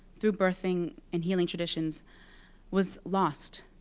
through birthing and healing traditions was lost.